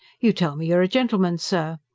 you tell me you are a gentleman. sir!